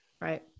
Right